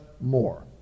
more